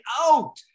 out